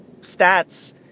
stats